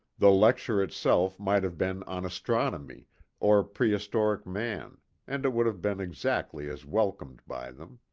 the lecture itself might have been on astron omy or prehistoric man and it would have been exactly as welcomed by them